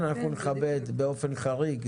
נכבד באופן חריג.